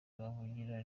bavugira